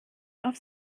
auf